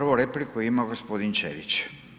Prvu repliku ima gospodin Ćelić.